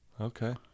Okay